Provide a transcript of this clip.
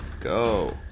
go